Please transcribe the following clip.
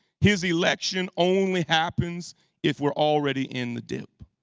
his election only happens if we're already in the dip.